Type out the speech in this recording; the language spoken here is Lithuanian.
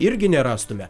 irgi nerastumėme